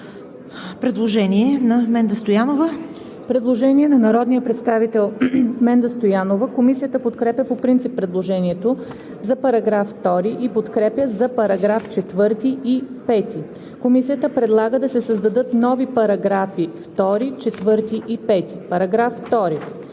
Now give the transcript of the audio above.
ДОКЛАДЧИК ЕВГЕНИЯ АНГЕЛОВА: Предложение на народния представител Менда Стоянова. Комисията подкрепя по принцип предложението за § 2 и подкрепя за параграфи 4 и 5. Комисията предлага да се създадат нови параграфи 2, 4 и 5: „§ 2.